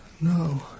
No